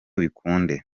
bikunde